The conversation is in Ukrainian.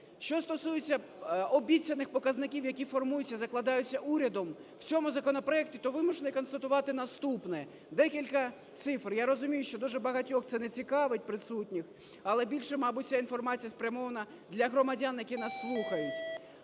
Що стосується обіцяних показників, які формуються, закладаються урядом в цьому законопроекті, то вимушений констатувати наступне, декілька цифр. Я розумію, що дуже багатьох це не цікавить присутніх, але більше, мабуть, ця інформація спрямована для громадян, які нас слухають.